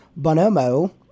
Bonomo